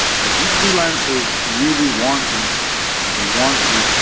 but these freelancers really want to make a difference and they want to